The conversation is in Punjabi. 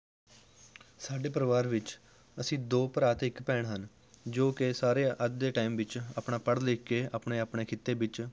ਸਾਡੇ ਪਰਿਵਾਰ ਵਿੱਚ ਅਸੀਂ ਦੋ ਭਰਾ ਅਤੇ ਇੱਕ ਭੈਣ ਹਨ ਜੋ ਕਿ ਸਾਰੇ ਅੱਜ ਦੇ ਟਾਈਮ ਵਿੱਚ ਆਪਣਾ ਪੜ੍ਹ ਲਿਖ ਕੇ ਆਪਣੇ ਆਪਣੇ ਕਿੱਤੇ ਵਿੱਚ